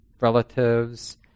relatives